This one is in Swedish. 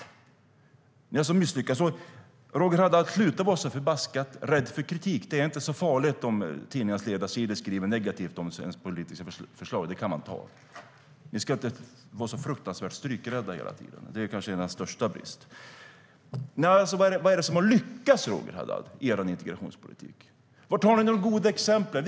Ni har alltså misslyckats, Roger Haddad. Sluta vara så förbaskat rädd för kritik! Det är inte så farligt om tidningarnas ledarsidor skriver negativt om svenska politiska förslag. Det kan man ta. Ni ska inte vara så fruktansvärt strykrädda hela tiden. Det är er kanske största brist. Vad är det som har lyckats i er integrationspolitik, Roger Haddad? Var har ni de goda exemplen?